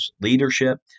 leadership